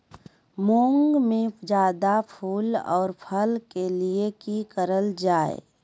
मुंग में जायदा फूल और फल के लिए की करल जाय?